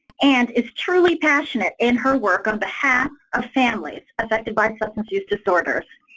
and is truly passionate in her work on behalf of families affected by substance use disorders.